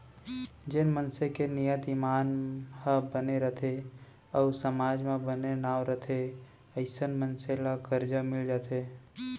जेन मनसे के नियत, ईमान ह बने रथे अउ समाज म बने नांव रथे अइसन मनसे ल करजा मिल जाथे